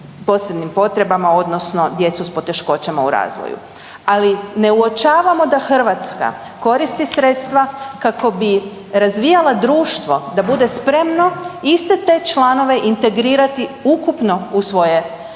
posebnim potrebama odnosno djecu s poteškoćama u razvoju, ali ne uočavamo da Hrvatska koristi sredstva kako bi razvijala društvo da bude spremno iste te članove integrirati ukupno u